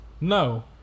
no